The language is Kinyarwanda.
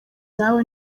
nawe